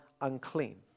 unclean